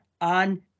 on